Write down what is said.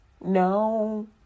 no